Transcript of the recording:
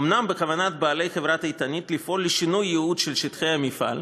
אומנם בכוונת בעלי חברת "איתנית" לפעול לשינוי הייעוד של שטחי המפעל,